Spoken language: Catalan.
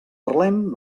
parlem